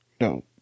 No